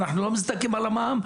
אנחנו לא מזדכים על המע"מ,